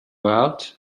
out